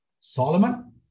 Solomon